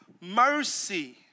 mercy